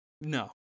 No